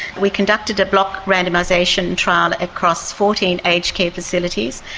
we conducted a block randomisation trial across fourteen aged care facilities,